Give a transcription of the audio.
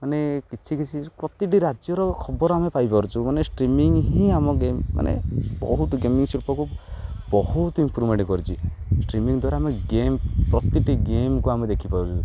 ମାନେ କିଛି କିଛି ପ୍ରତିଟି ରାଜ୍ୟର ଖବର ଆମେ ପାଇପାରୁଛୁ ମାନେ ଷ୍ଟ୍ରିମିଙ୍ଗ ହିଁ ଆମ ଗେମ୍ ମାନେ ବହୁତ ଗେମିଂ ଶିଳ୍ପକୁ ବହୁତ ଇମ୍ପ୍ରୁଭମେଣ୍ଟ କରିଛି ଷ୍ଟ୍ରିମିଙ୍ଗ ଦ୍ୱାରା ଆମେ ଗେମ୍ ପ୍ରତିଟି ଗେମ୍କୁ ଆମେ ଦେଖିପାରୁଛୁ